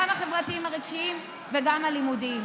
גם החברתיים-רגשיים וגם הלימודיים.